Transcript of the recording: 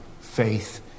faith